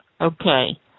Okay